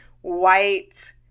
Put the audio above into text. white